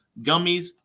gummies